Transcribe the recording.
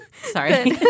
Sorry